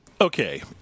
okay